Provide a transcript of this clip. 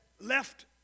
left